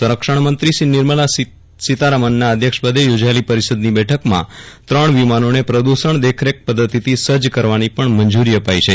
સંરક્ષણ મંત્રી નિર્મલા સિતારામનના અધ્યક્ષપદે થોજાયેલી પરિષદની બેઠકમાં ત્રણ વિમાનોને પ્રદૃષણ દેખરેખ પદ્વતિથી સજ્જ કરવાની પણ મંજુરી અપાઈ છે